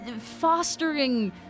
fostering